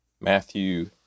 Matthew